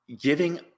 giving